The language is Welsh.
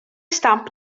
stamp